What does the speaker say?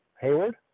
Hayward